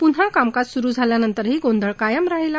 प्न्हा कामकाज सुरु झाल्यानंतरही गोंधळ कायम राहीला